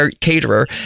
caterer